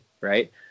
right